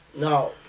now